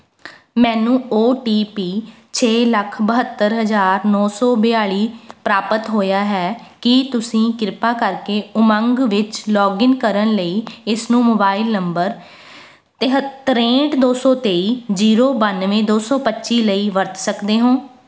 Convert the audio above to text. ਮੈਨੂੰ O T P ਛੇ ਲੱਖ ਬਹੱਤਰ ਹਜ਼ਾਰ ਨੌਂ ਸੌ ਬਿਆਲ਼ੀ ਪ੍ਰਾਪਤ ਹੋਇਆ ਹੈ ਕੀ ਤੁਸੀਂ ਕਿਰਪਾ ਕਰਕੇ ਉਮੰਗ ਵਿੱਚ ਲੌਗਇਨ ਕਰਨ ਲਈ ਇਸਨੂੰ ਮੋਬਾਈਲ ਨੰਬਰ ਤਿਹੱਤ ਤਰੇਂਹਠ ਦੋ ਸੌ ਤੇਈ ਜ਼ੀਰੋ ਬਾਨਵੇਂ ਦੋ ਸੌ ਪੱਚੀ ਲਈ ਵਰਤ ਸਕਦੇ ਹੋ